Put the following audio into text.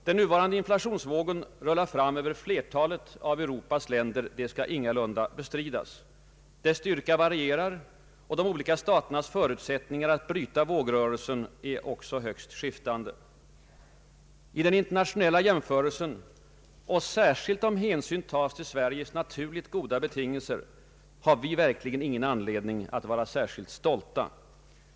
Den nuvarande inflationsvågen rullar fram över flertalet av Europas länder, det skall ingalunda bestridas. Dess styrka varierar, och de olika staternas förutsättningar att bryta vågrörelsen är också högst skiftande, I den internationella jämförelsen, och särskilt om hänsyn tas till Sveriges naturligt goda betingelser, har vi verkligen ingen anledning att vara stolta.